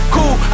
Cool